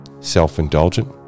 self-indulgent